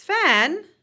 Sven